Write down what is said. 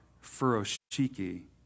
furoshiki